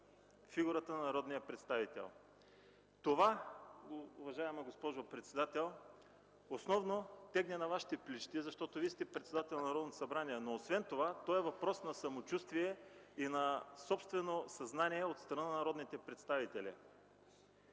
фигурата на народния представител. Това, уважаема госпожо председател, основно тегне на Вашите плещи, защото Вие сте председател на Народното събрание, но освен това то е въпрос на самочувствие и на собствено съзнание от страна на народните представители.